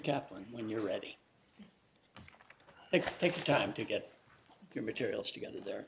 caplan when you're ready it takes time to get your material together